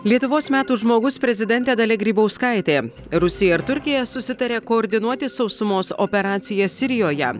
lietuvos metų žmogus prezidentė dalia grybauskaitė rusija ir turkija susitarė koordinuoti sausumos operaciją sirijoje